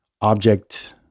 object